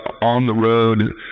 on-the-road